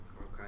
Okay